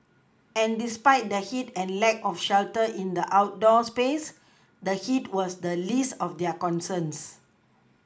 and despite the heat and lack of shelter in the outdoor space the heat was the least of their concerns